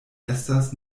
estas